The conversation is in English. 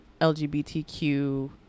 lgbtq